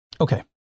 Okay